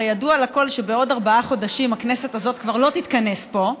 הרי ידוע לכול שבעוד ארבעה חודשים הכנסת הזאת כבר לא תתכנס פה.